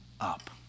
up